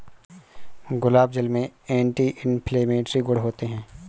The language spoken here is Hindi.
गुलाब जल में एंटी इन्फ्लेमेटरी गुण होते हैं